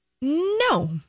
No